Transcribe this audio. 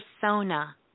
persona